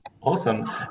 Awesome